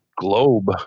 globe